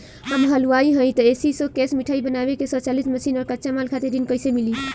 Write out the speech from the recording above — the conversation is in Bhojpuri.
हम हलुवाई हईं त ए.सी शो कैशमिठाई बनावे के स्वचालित मशीन और कच्चा माल खातिर ऋण कइसे मिली?